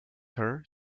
her